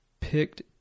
picked